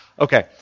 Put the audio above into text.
Okay